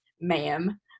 ma'am